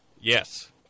Yes